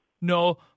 no